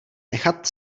nechat